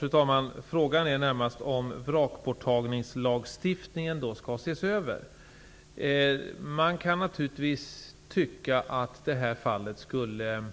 Fru talman! Frågan är närmast om vrakborttagningslagstiftningen skall ses över. Man kan naturligtvis tycka att detta fall skulle